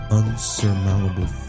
unsurmountable